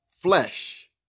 flesh